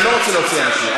אני לא רוצה להוציא אנשים.